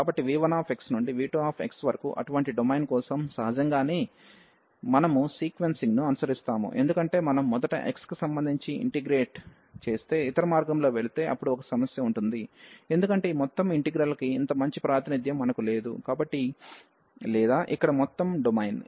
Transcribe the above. కాబట్టి v1x నుండి v2xవరకు అటువంటి డొమైన్ కోసం సహజంగానే మనము సీక్వెన్సింగ్ ను అనుసరిస్తాము ఎందుకంటే మనం మొదట x కి సంబంధించి ఇంటిగ్రల్ చేసే ఇతర మార్గంలో వెళితే అప్పుడు ఒక సమస్య ఉంటుంది ఎందుకంటే ఈ మొత్తం ఇంటిగ్రల్ కి ఇంత మంచి ప్రాతినిధ్యం మనకు లేదు కాబట్టి లేదా ఇక్కడ మొత్తం డొమైన్